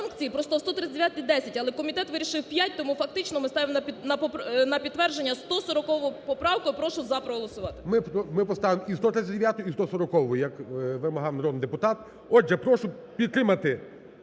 Ми поставимо і 139-у, і 140-у, як вимагав народний депутат. Отже прошу підтримати